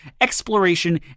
exploration